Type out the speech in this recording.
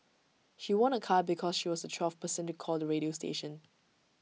she won A car because she was the twelfth person to call the radio station